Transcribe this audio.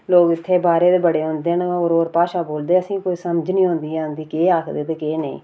लोग इत्थै बाहरे दे बड़े आंदे न होर होर भाषा बोलदे न असेंगी कोई समझ नी औंदी ऐ के आखदे ते केह् नेईं